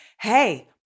hey